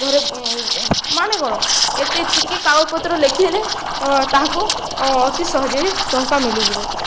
ଘରେ ମାନେ କ'ଣ ଏତେ ଟିକେ କାମ ପତ୍ର ଲେଖିଦେଲେ ତାହାକୁ ଅତି ସହଜରେ ଟଙ୍କା ମିଳିଯିବ